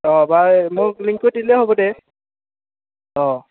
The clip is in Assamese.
মোক লিংকটো দিলেই হ'ব দে অঁ